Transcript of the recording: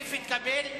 סעיף 14,